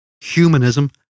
Humanism